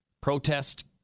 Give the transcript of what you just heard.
protest